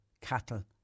cattle